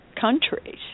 countries